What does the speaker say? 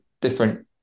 different